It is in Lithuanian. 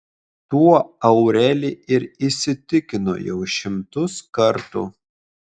tuo aureli ir įsitikino jau šimtus kartų